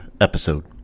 episode